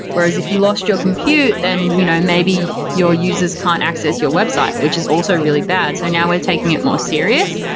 whereas if you lost your compute, then you know maybe your users can't access your website, which is also really bad. so now we're taking it more serious.